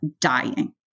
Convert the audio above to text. dying